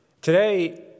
Today